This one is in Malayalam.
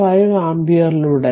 5 ആമ്പിയറിലൂടെ